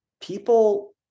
people